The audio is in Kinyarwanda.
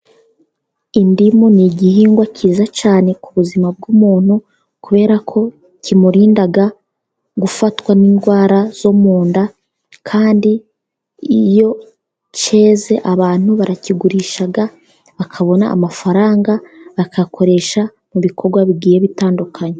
Indimu ni igihingwa cyiza cyane ku buzima bw'umuntu, kubera ko kimurinda gufatwa n'indwara zo mu nda, kandi iyo cyeze abantu barakigurisha bakabona amafaranga, bakayakoresha mu bikorwa bigiye bitandukanye.